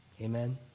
Amen